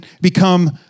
become